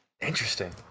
Interesting